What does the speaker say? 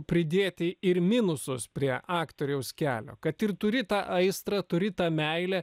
pridėti ir minusus prie aktoriaus kelio kad ir turi tą aistrą turi tą meilę